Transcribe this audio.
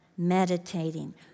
meditating